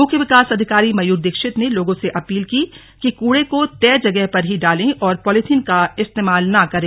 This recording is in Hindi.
मुख्य विकास अधिकारी मयूर दीक्षित ने लोगों से अपील कीकि कूड़े को तय जगह पर ही डालें और पॉलीथिन का इस्तेमाल न करें